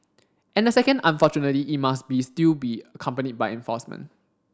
and the second unfortunately it must be still be accompanied by enforcement